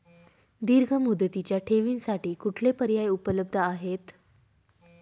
दीर्घ मुदतीच्या ठेवींसाठी कुठले पर्याय उपलब्ध आहेत?